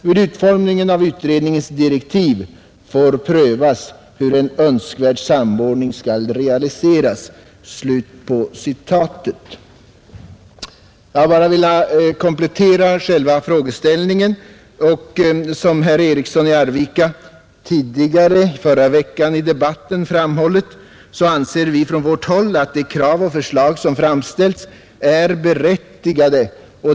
Vid utformning av utredningens direktiv får prövas hur en önskvärd samordning skall realiseras.” Jag har bara velat komplettera själva frågeställningen. Som herr Eriksson i Arvika framhöll under debatten i förra veckan anser vi från vårt håll att de krav och förslag som framställts är berättigade.